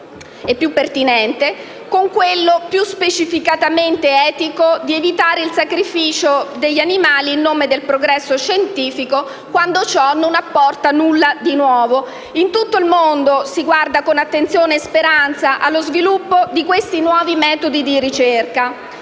e pertinente, con quello più specificamente etico di evitare il sacrificio degli animali in nome del progresso scientifico, quando ciò non apporta nulla di nuovo. In tutto il mondo si guarda con attenzione e speranza allo sviluppo di questi metodi di ricerca.